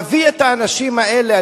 להביא את האנשים האלה,